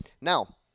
Now